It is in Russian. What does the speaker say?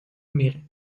мире